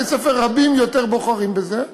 בתי-ספר רבים יותר בוחרים בזה,